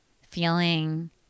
feeling